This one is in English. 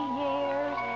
years